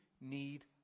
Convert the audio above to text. need